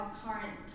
current